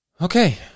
Okay